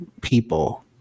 people